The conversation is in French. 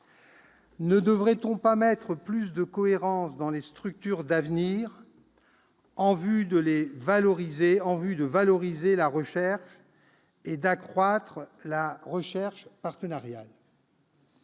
Ne devrait-on pas rechercher une plus grande cohérence des structures d'avenir en vue de valoriser la recherche et d'accroître la recherche partenariale ?